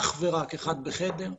אך ורק אחד בחדר,